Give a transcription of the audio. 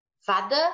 father